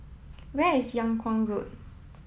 where is Yung Kuang Road